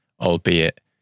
Albeit